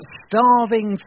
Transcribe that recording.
starving